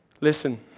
Listen